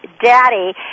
daddy